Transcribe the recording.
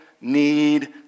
need